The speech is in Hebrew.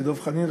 ודב חנין,